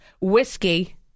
whiskey